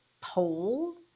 pole